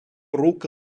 руки